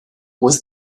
was